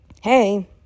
hey